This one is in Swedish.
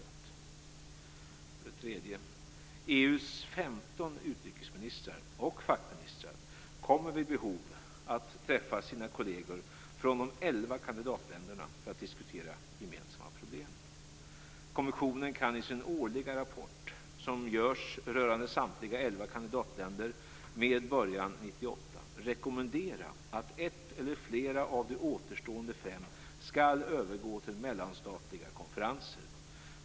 För det tredje: EU:s 15 utrikesministrar och fackministrar kommer vid behov att träffa sina kolleger från de elva kandidatländerna för att diskutera gemensamma problem. Kommissionen kan i sin årliga rapport, som görs rörande samtliga elva kandidatländer med början 1998, rekommendera att en eller flera av de återstående fem länderna skall övergå till mellanstatliga konferenser.